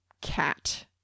cat